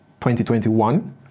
2021